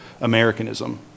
Americanism